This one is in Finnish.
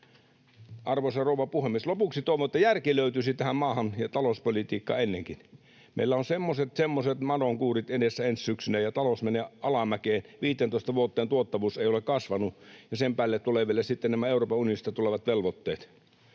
Arvoisa rouva puhemies! Lopuksi toivon, että järki löytyisi tähän maahan ja ainakin talouspolitiikkaan. Meillä on semmoiset, semmoiset matokuurit edessä ensi syksynä, ja talous menee alamäkeen. 15 vuoteen tuottavuus ei ole kasvanut, ja sen päälle tulevat sitten vielä nämä Euroopan unionista tulevat velvoitteet.